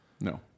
No